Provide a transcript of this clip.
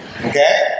Okay